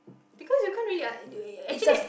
because you can't really un~ uh actually